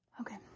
Okay